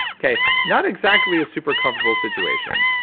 okay, not exactly a super comfortable situation.